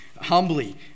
humbly